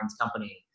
company